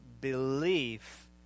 belief